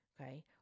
Okay